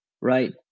right